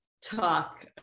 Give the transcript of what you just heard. talk